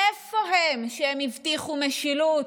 איפה הם, שהם הבטיחו משילות,